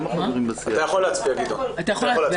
אתה יכול להצביע, גדעון.